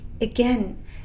again